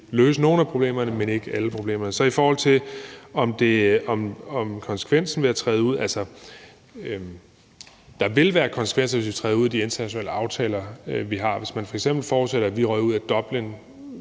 løse nogle af problemerne, men ikke alle problemerne. I forhold til konsekvensen ved at træde ud vil jeg sige, at der vil være konsekvenser, hvis vi træder ud af de internationale aftaler, vi har. Hvis man f.eks. forudsætter, at vi røg ud af